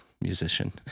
musician